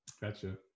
Gotcha